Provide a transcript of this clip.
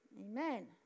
amen